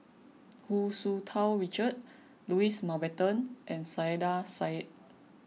Hu Tsu Tau Richard Louis Mountbatten and Saiedah Said